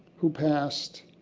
who passed.